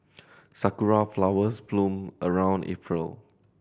sakura flowers bloom around April